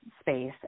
space